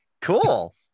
cool